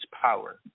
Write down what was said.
power